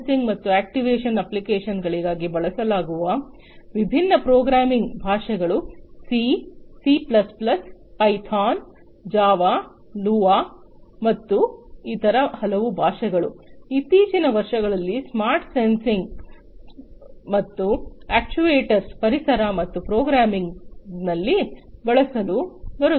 smart sensing ಮತ್ತು ಆಕ್ಟಿವೇಷನ್ನ ಅಪ್ಲಿಕೇಶನ್ಗಳಿಗಾಗಿ ಬಳಸಲಾಗುವ ವಿಭಿನ್ನ ಪ್ರೋಗ್ರಾಮಿಂಗ್ ಭಾಷೆಗಳು C C plus plus Python Java Lua ಮತ್ತು ಇತರ ಹಲವು ಭಾಷೆಗಳು ಇತ್ತೀಚಿನ ವರ್ಷಗಳಲ್ಲಿ ಸ್ಮಾರ್ಟ್ ಸೆನ್ಸಿಂಗ್ ಮತ್ತು ಅಕ್ಚುಯೆಟರ್ಸ್ಗ ಪರಿಸರ ಮತ್ತು ಪ್ರೋಗ್ರಾಮಿಂಗ್ನಲ್ಲಿ ಬಳಸಲು ಬರುತ್ತಿವೆ